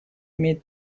имеет